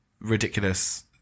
ridiculous